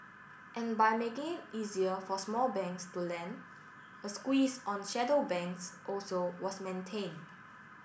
and by making it easier for small banks to lend a squeeze on shadow banks also was maintain